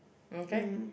um K